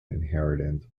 inheritance